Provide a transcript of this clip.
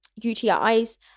UTIs